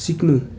सिक्नु